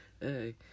hey